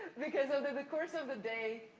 because over the course of a day,